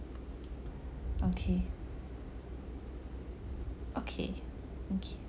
okay okay okay